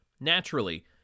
naturally